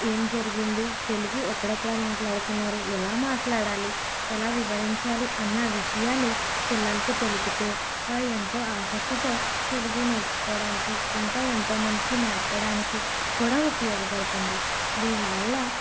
ఏం జరిగింది తెలుగు ఎక్కడెక్కడ మాట్లాడుతున్నారు ఎలా మాట్లాడాలి ఎలా వివరించాలి అన్న విషయాలు పిల్లలకు తెలిపితే వారు ఎంతో ఆసక్తితో తెలుగు నేర్చుకోవడానికి ఇంకా ఎంతో మందికి నేర్పడానికి కూడా ఉపయోగపడుతుంది దీనివల్ల